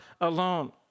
alone